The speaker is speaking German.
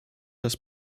das